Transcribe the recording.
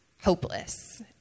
hopeless